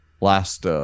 last